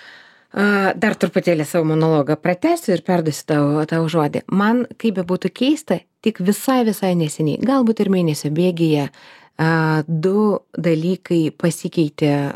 dar truputėlį savo monologą pratęsiu ir perduosiu tau tą žodį man kaip bebūtų keista tik visai visai neseniai galbūt ir mėnesio bėgyje du dalykai pasikeitė